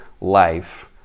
life